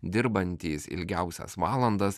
dirbantys ilgiausias valandas